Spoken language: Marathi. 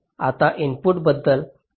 आता इनपुट बद्दल